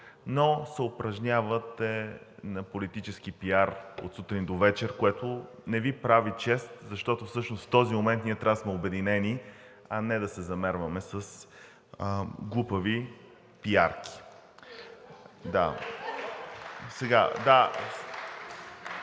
но се упражнявате на политически пиар от сутрин до вечер, което не Ви прави чест, защото всъщност в този момент ние трябва да сме обединени, а не да се замерваме с глупави пиарки. (Смях и